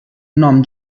nom